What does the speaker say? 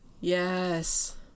Yes